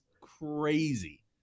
crazy